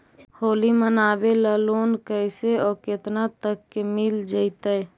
होली मनाबे ल लोन कैसे औ केतना तक के मिल जैतै?